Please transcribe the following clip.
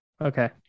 Okay